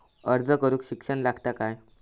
अर्ज करूक शिक्षण लागता काय?